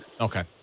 Okay